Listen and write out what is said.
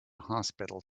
hospital